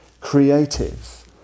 creative